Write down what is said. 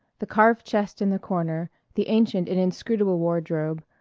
the carved chest in the corner, the ancient and inscrutable wardrobe,